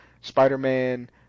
spider-man